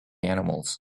animals